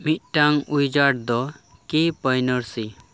ᱢᱤᱫᱴᱟᱝ ᱩᱭᱡᱟᱨᱰ ᱫᱚ ᱠᱤ ᱯᱟᱹᱭᱱᱚᱨᱥᱤ